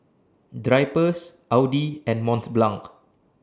Drypers Audi and Mont Blanc